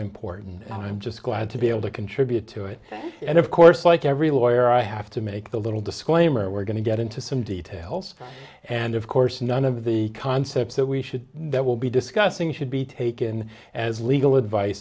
important and i'm just glad to be able to contribute to it and it's course like every lawyer i have to make the little disclaimer we're going to get into some details and of course none of the concepts that we should that will be discussing should be taken as legal advice